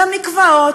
למקוואות,